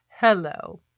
Hello